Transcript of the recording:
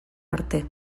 arte